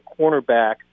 cornerback